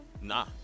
Nah